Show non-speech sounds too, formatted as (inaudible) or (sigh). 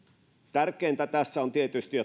tärkeintä tässä on tietysti (unintelligible)